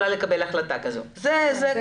איך אני יכולה לקבל החלטה כזאת אם אני לא יודעת?